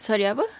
sorry apa